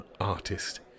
artist